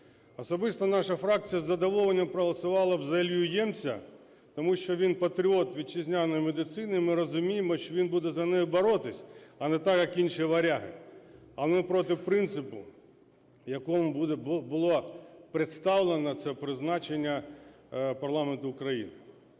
Особисто наша фракція із задоволенням проголосувала б за Іллю Ємця, тому що він патріот вітчизняної медицини, і ми розуміємо, що він буде за неї боротися, а не так, як інші "варяги". Але ми проти принципу, в якому було представлено це призначення парламенту України.